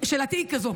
שאלתי היא כזאת: